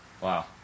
Wow